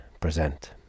present